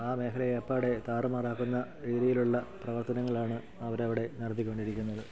ആ മേഘലയെ അപ്പാടെ താറുമാറാക്കുന്ന രീതിയിലുള്ള പ്രവർത്തനങ്ങളാണ് അവരവിടെ നടത്തിക്കൊണ്ടിരിക്കുന്നത്